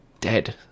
dead